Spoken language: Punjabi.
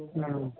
ਹਾਂ